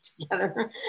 together